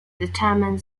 determine